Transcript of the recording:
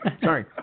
Sorry